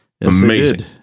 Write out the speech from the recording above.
amazing